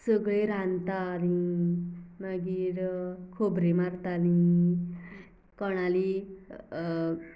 सगळीं रांदतात आमी मागीर खबरी मारताली कोणाली